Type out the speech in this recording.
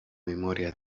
memoria